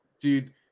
dude